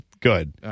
good